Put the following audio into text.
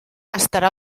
estarà